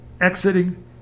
exiting